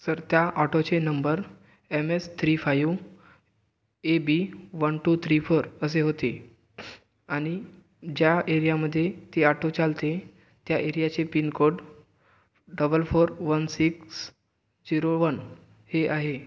तर त्या ऑटोचे number M S three five AB one two three four असे होते आणि ज्या एरियामध्ये ती आटो चालते त्या एरियाचे pin code double four one six zero one हे आहे